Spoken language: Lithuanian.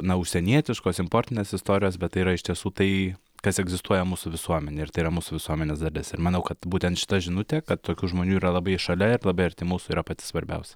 na užsienietiškos importinės istorijos bet tai yra iš tiesų tai kas egzistuoja mūsų visuomenėj ir tai yra mūsų visuomenės dalis ir manau kad būtent šita žinutė kad tokių žmonių yra labai šalia ir labai arti mūsų yra pati svarbiausia